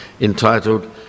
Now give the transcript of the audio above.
entitled